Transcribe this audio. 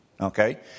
Okay